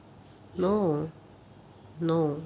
ya